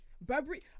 Burberry